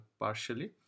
partially